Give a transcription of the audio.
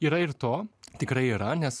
yra ir to tikrai yra nes